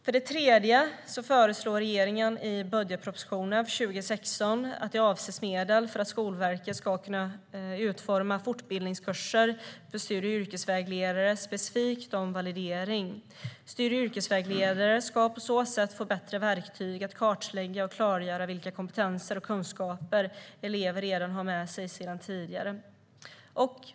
För det tredje föreslår regeringen i budgetpropositionen för 2016 att det avsätts medel för att Skolverket ska kunna utforma fortbildningskurser för studie och yrkesvägledare specifikt om validering. Studie och yrkesvägledare ska på så sätt få bättre verktyg att kartlägga och klargöra vilka kompetenser och kunskaper elever redan har med sig sedan tidigare.